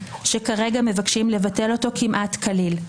שכרגע מבקשים לבטל אותו כמעט כליל.